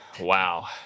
Wow